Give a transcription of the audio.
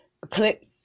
click